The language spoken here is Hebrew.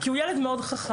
כי הוא ילד מאוד חכם,